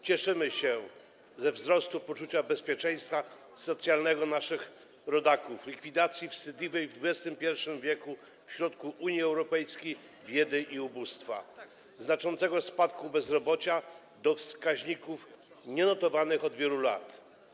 Cieszymy się ze wzrostu poczucia bezpieczeństwa socjalnego naszych rodaków, z likwidacji wstydliwych w XXI w. w środku Unii Europejskiej biedy i ubóstwa, ze znaczącego spadku bezrobocia do wskaźników nienotowanych od wielu lat.